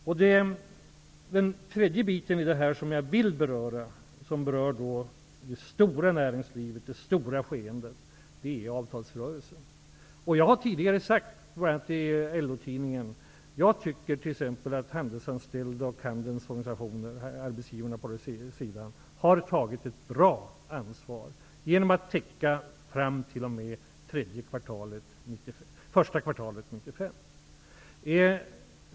Jag vill också ta upp frågan om avtalsrörelsen, som berör det stora näringslivet och det stora skeendet. Jag har tidigare sagt, bl.a. i LO-tidningen, att jag t.ex. tycker att Handelsanställda och arbetsgivarorganisationerna inom handeln har tagit ett bra ansvar genom att teckna avtal fram t.o.m. första kvartalet 1995.